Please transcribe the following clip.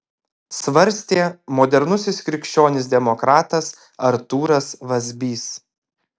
svarstė modernusis krikščionis demokratas artūras vazbys